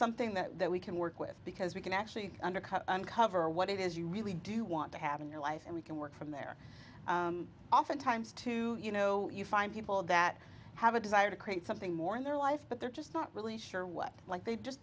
something that we can work with because we can actually undercut uncover what it is you really do want to have in your life and we can work from there oftentimes to you know you find people that have a desire to create something more in their life but they're just not really sure what like they just